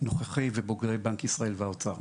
מנוכחי ובוגרי בנק ישראל והאוצר.